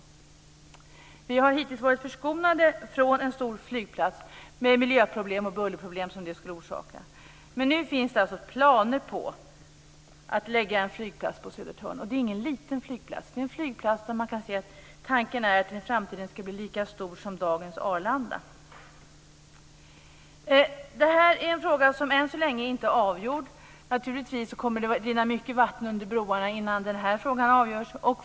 Hittills har vi varit förskonade från en stor flygplats, med de miljö och bullerproblem som en sådan skulle orsaka. Men nu finns det alltså planer på att lägga en flygplats på Södertörn, och det är ingen liten flygplats som det är fråga om. Tanken är att flygplatsen i framtiden ska bli lika stor som dagens Arlanda. Den här frågan är än så länge inte avgjord. Naturligtvis kommer mycket vatten att rinna under broarna innan frågan avgörs.